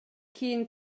кийин